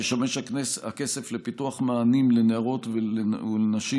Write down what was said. ישמש הכסף לפיתוח מענים לנערות ולנשים